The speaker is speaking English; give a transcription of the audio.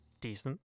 decent